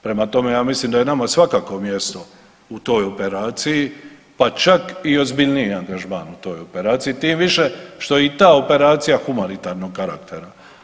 Prema tome, ja mislim da je nama svakako mjesto u toj operaciji, pa čak i ozbiljniji angažman u toj operaciji tim više što i je i ta operacija humanitarnog karaktera.